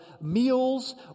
meals